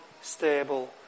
stable